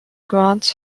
grants